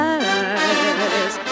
eyes